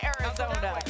Arizona